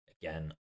again